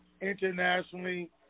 internationally